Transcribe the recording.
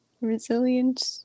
resilient